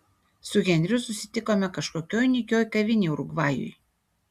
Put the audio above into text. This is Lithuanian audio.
su henriu susitikome kažkokioj nykioj kavinėj urugvajui